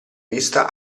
vista